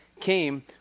came